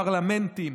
פרלמנטים,